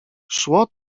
szło